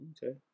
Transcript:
Okay